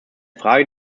frage